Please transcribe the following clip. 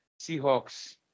Seahawks